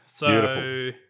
Beautiful